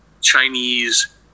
Chinese